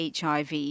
HIV